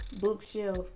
bookshelf